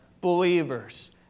believers